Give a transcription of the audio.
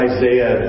Isaiah